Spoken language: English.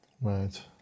Right